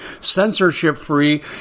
censorship-free